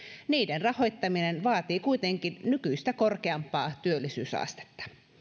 niiden rahoittaminen vaatii kuitenkin nykyistä korkeampaa työllisyysastetta